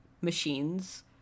machines